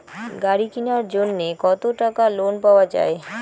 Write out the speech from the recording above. গাড়ি কিনার জন্যে কতো টাকা লোন পাওয়া য়ায়?